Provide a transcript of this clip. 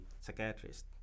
psychiatrist